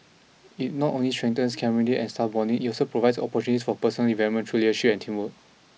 it not only strengthens camaraderie and staff bonding it also provides opportunities for personal development through leadership and teamwork